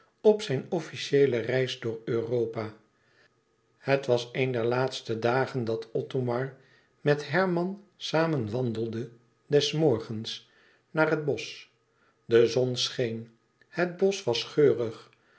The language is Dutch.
op zijn officiëele reis door europa het was een der voorlaatste dagen dat othomar met herman samen wandelde des morgens naar het bosch de zon scheen het bosch was geurig